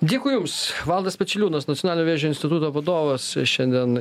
dėkui jums valdas pečeliūnas nacionalinio vėžio instituto vadovas šiandien